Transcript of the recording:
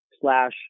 slash